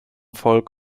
volk